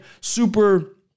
super